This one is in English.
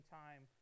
time